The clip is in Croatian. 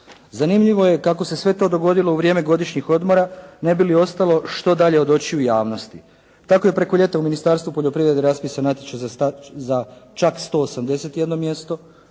Zanimljivo je kako se sve to dogodilo u vrijeme godišnjih odmora ne bi li ostalo što dalje od očiju javnosti. Tako je preko ljeta u Ministarstvu poljoprivrede raspisan natječaj za čak 181 mjesto,